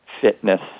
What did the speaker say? fitness